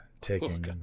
taking